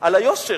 על היושר,